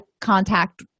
contact